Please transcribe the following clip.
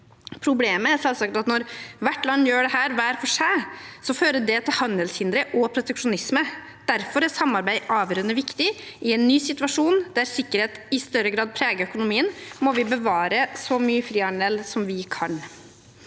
Problemet er selvsagt at når hvert land gjør dette hver for seg, så fører det til handelshindre og proteksjonisme. Derfor er samarbeid avgjørende viktig. I en ny situasjon, der sikkerhet i større grad preger økonomien, må vi bevare så mye frihandel som vi kan.